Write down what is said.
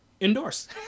endorse